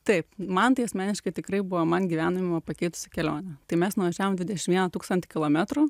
taip man tai asmeniškai tikrai buvo man gyvenimą pakeitusi kelionė tai mes nuvažiavom dvidešimt vieną tūkstį kilometrų